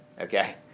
okay